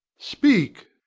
speak!